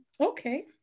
Okay